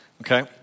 Okay